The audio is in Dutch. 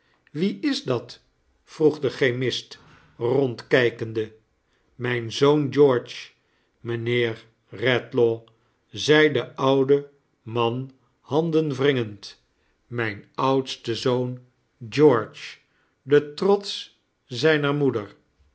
wie is dat vroeg de chemist rondkijkende mijn zoon george mijnheer redlaw zei de oude man handenwringend mijn oudste zoon george de trots zijruer moeder